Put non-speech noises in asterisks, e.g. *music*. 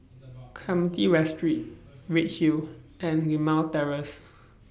*noise* Clementi West Street Redhill and Limau Terrace